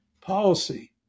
policy